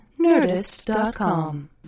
Nerdist.com